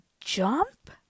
jump